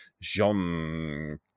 Jean